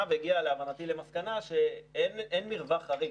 והגיעה להבנתי למסקנה שאין מרווח חריג.